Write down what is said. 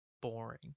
boring